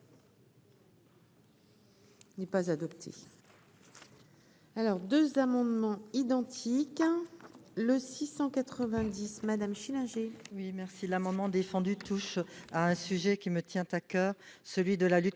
Il n'est pas adopté,